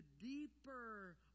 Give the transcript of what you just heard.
deeper